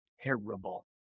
terrible